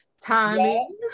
Timing